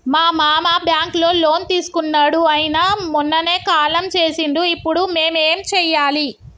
మా మామ బ్యాంక్ లో లోన్ తీసుకున్నడు అయిన మొన్ననే కాలం చేసిండు ఇప్పుడు మేం ఏం చేయాలి?